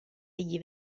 egli